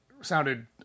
sounded